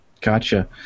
Gotcha